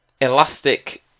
elastic